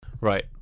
Right